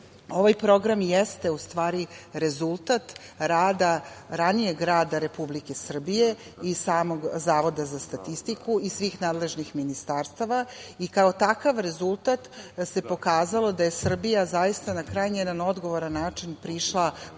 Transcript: ovaj program i jeste u stvari rezultat rada, ranijeg rada Republike Srbije i samog Zavoda za statistiku i svih nadležnih ministarstava i kao takav rezultat se pokazalo da je Srbija zaista na krajnje jedan odgovoran način prišla